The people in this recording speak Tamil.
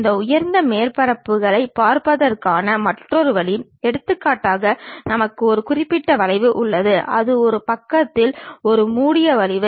இந்த உயர்ந்த மேற்பரப்புகளைப் பார்ப்பதற்கான மற்றொரு வழி எடுத்துக்காட்டாக நமக்கு ஒரு குறிப்பிட்ட வளைவு உள்ளது அது ஒரு பக்கத்தில் ஒரு மூடிய வளைவு